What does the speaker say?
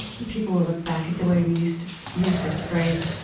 people will look back at the way we used to use this phrase,